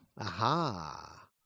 Aha